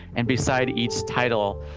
and beside each title,